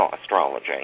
astrology